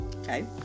Okay